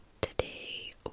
Today